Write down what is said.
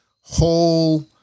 whole